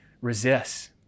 resists